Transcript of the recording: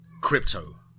Crypto